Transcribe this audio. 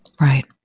Right